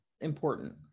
important